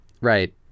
right